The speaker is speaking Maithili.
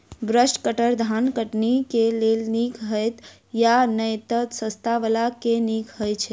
ब्रश कटर धान कटनी केँ लेल नीक हएत या नै तऽ सस्ता वला केँ नीक हय छै?